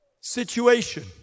situation